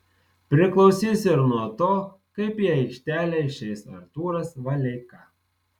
priklausys ir nuo to kaip į aikštelę išeis artūras valeika